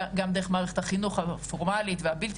גם דרך מערכת החינוך הפורמאלית והבלתי